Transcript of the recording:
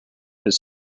his